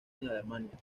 alemania